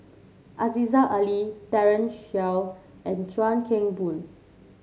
Aziza Ali Daren Shiau and Chuan Keng Boon